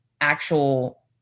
actual